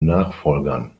nachfolgern